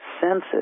senses